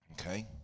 okay